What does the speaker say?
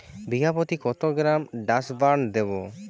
বিঘাপ্রতি কত gram Dursban দেবো?